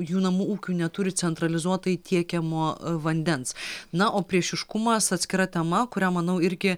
jų namų ūkių neturi centralizuotai tiekiamo vandens na o priešiškumas atskira tema kurią manau irgi